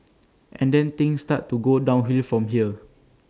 and then things start to go downhill from here